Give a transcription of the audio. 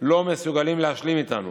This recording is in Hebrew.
לא מסוגלים להשלים איתנו,